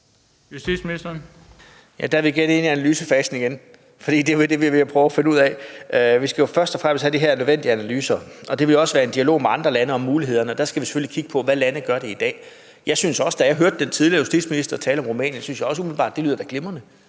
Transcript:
Pape Poulsen): Der er vi igen inde i analysefasen, for det er jo det, vi er ved at prøve at finde ud af. Vi skal jo først og fremmest have de her nødvendige analyser af mulighederne, og det vil også ske i en dialog med andre lande. Der skal vi selvfølgelig kigge på, hvilke lande der gør det i dag. Da jeg hørte den tidligere justitsminister tale om Rumænien, syntes jeg også umiddelbart, at det da lød glimrende.